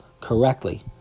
correctly